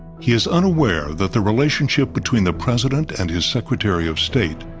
he is unaware that the relationship between the president and his secretary of state,